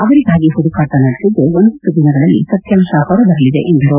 ಅವರಿಗಾಗಿ ಹುದುಕಾಟ ನಡೆಸಿದ್ದು ಒಂದೆರಡು ದಿನಗಳಲ್ಲಿ ಸತ್ಯಾಂಶ ಹೊರ ಬರಲಿದೆ ಎಂದು ಹೇಳಿದರು